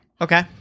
Okay